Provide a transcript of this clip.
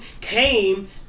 came